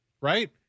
Right